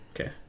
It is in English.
Okay